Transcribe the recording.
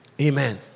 amen